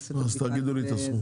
נעשה את הבדיקה.